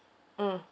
mm